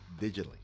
digitally